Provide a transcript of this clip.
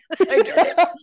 okay